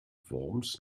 worms